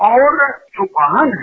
और जो वाहने है